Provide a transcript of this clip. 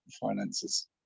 finances